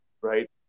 right